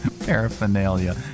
paraphernalia